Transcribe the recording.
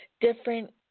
different